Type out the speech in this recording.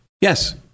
yes